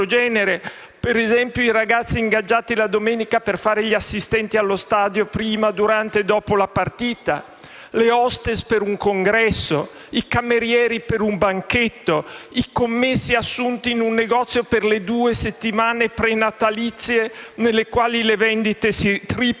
Ad esempio, i ragazzi ingaggiati la domenica per fare gli assistenti allo stadio prima, durante e dopo la partita, le *hostess* per un congresso, i camerieri per un banchetto, i commessi assunti in un negozio per le due settimane pre-natalizie nelle quali le vendite si triplicano.